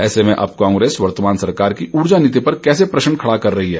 ऐसे में अब कांग्रेस वर्तमान सरकार की ऊर्जा नीति पर कैसे प्रश्न खड़ा कर रहे हैं